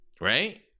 right